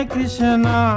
Krishna